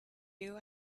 you